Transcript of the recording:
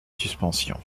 suspension